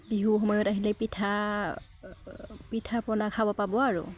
বিহু সময়ত আহিলে পিঠা পিঠা পনা খাব পাব আৰু